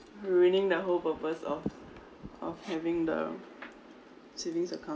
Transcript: ruining the whole purpose of of having the savings account